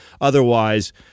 Otherwise